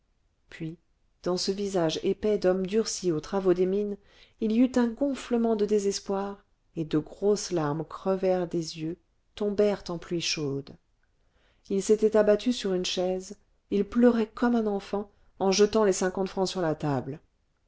puis dans ce visage épais d'homme durci aux travaux des mines il y eut un gonflement de désespoir et de grosses larmes crevèrent des yeux tombèrent en pluie chaude il s'était abattu sur une chaise il pleurait comme un enfant en jetant les cinquante francs sur la table